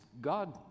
God